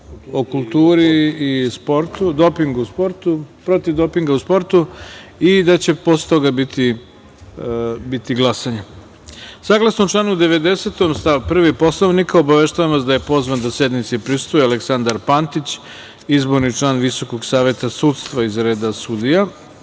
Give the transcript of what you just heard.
o kulturi i protiv dopinga u sportu, kao i da će posle toga biti glasanje. Saglasno članu 90. stav 1. Poslovnika, obaveštavam vas da je pozvan da sednici prisustvuje Aleksandar Pantić, izborni član Visokog saveta sudstva iz reda sudija. Molim